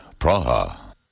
Praha